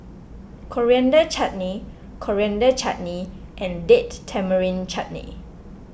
Coriander Chutney Coriander Chutney and Date Tamarind Chutney